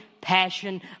passion